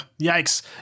Yikes